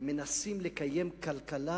מנסים לקיים כלכלה